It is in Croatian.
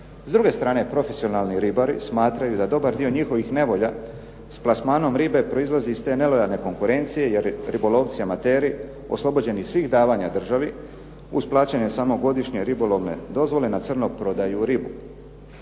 S druge strane profesionalni ribari smatraju da dobar dio njihovih nevolja sa plasmanom ribe proizlazi iz te nelojalne konkurencije jer ribolovci amateri oslobođeni svih davanja državi, uz plaćanje samo godišnje ribolovne dozvole na crno prodaju ribu.